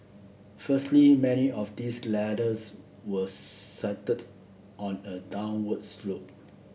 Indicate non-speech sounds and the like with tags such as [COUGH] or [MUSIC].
firstly many of these ladders were [UNINTELLIGIBLE] on a downward slope